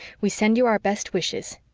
we send you our best wishes.